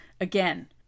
Again